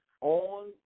on